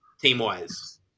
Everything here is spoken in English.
team-wise